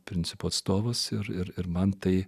principų atstovas ir ir man tai